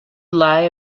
lie